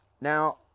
Now